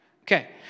Okay